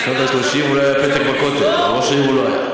בשנות ה-30 הוא אולי היה פתק בכותל אבל ראש העיר הוא לא היה.